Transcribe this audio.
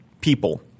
people